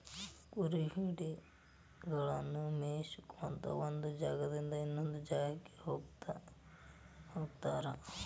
ಕುರಿ ಹಿಂಡಗಳನ್ನ ಮೇಯಿಸ್ಕೊತ ಒಂದ್ ಜಾಗದಿಂದ ಇನ್ನೊಂದ್ ಜಾಗಕ್ಕ ಕಾಯ್ಕೋತ ಹೋಗತಾರ